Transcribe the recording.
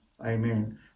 Amen